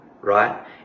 Right